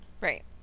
Right